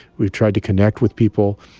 we've tried to connect with people.